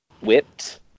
whipped